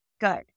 good